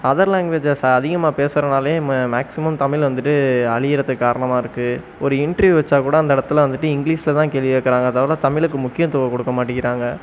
other languages அதிகமாக பேசுகிறதுனாலயே maximum Tamil வந்துட்டு அழிகிறத்துக்கு காரணமாக இருக்குது ஒரு இன்ட்ரியூவ் வச்சால்கூட அந்த இடத்துல வந்துட்டு இங்கிலிஷில்தான் கேள்வி கேட்குறாங்க தவிர அதாவது தமிழுக்கு முக்கியத்துவம் கொடுக்கமாட்டிக்கிறாங்க